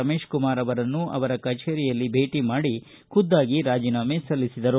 ರಮೇಶ್ಕುಮಾರ್ ಅವರನ್ನು ಕಚೇರಿಯಲ್ಲಿ ಭೇಟ ಮಾಡಿ ಖುದ್ದಾಗಿ ರಾಜನಾಮೆ ಸಲ್ಲಿಸಿದರು